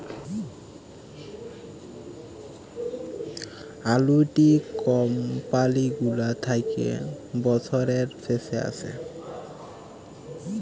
আলুইটি কমপালি গুলা থ্যাকে বসরের শেষে আসে